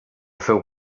feu